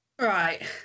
Right